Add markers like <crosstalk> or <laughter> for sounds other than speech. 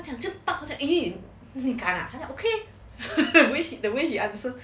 他讲这样拔他讲 okay <laughs> the way she answer